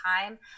time